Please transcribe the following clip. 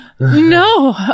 no